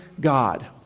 God